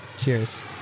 Cheers